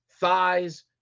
thighs